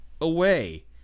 away